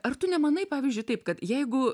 ar tu nemanai pavyzdžiui taip kad jeigu